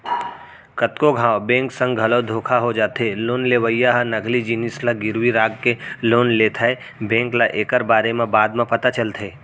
कतको घांव बेंक संग घलो धोखा हो जाथे लोन लेवइया ह नकली जिनिस ल गिरवी राखके लोन ले लेथेए बेंक ल एकर बारे म बाद म पता चलथे